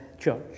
church